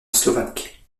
slovaque